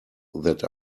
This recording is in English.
that